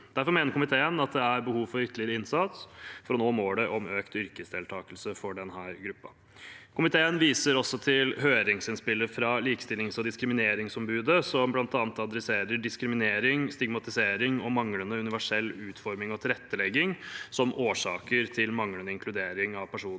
Derfor mener komiteen at det er behov for ytterligere innsats for å nå målet om økt yrkesdeltakelse for denne gruppen. Komiteen viser også til høringsinnspillet fra likestillings- og diskrimineringsombudet, som bl.a. tar opp diskriminering, stigmatisering og manglende universell utforming og tilrettelegging som årsaker til manglende inkludering av personer